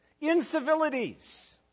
incivilities